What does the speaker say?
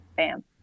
Bam